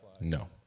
No